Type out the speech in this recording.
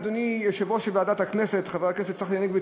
אדוני יושב-ראש ועדת הכנסת חבר הכנסת צחי הנגבי,